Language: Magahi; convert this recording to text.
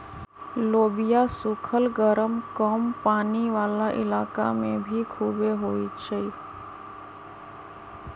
लोबिया सुखल गरम कम पानी वाला इलाका में भी खुबे होई छई